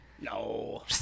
No